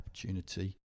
opportunity